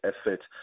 effort